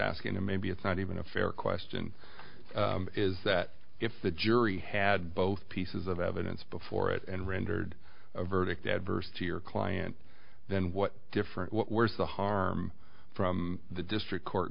asking or maybe it's not even a fair question is that if the jury had both pieces of evidence before it and rendered a verdict adverse to your client then what difference where's the harm from the district court